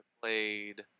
played